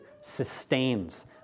sustains